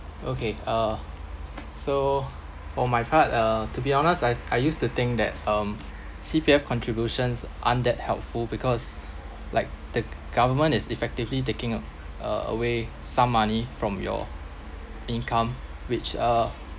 okay uh so for my part uh to be honest I I used to think that um C_P_F contributions aren't that helpful because like the government is effectively taking a~ uh away some money from your income which are